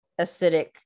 acidic